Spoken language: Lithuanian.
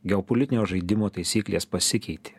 geopolitinio žaidimo taisyklės pasikeitė